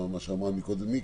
מה שאמרה מקודם מיקי,